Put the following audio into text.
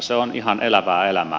se on ihan elävää elämää